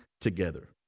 together